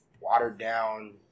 watered-down